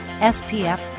SPF